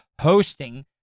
hosting